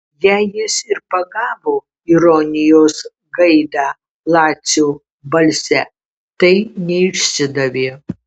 jei jis ir pagavo ironijos gaidą lacio balse tai neišsidavė